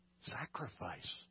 Sacrifice